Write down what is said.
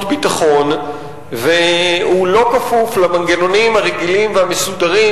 ביטחון והוא לא כפוף למנגנונים הרגילים והמסודרים